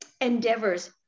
endeavors